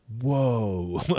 whoa